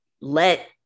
let